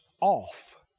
Off